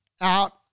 out